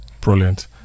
Brilliant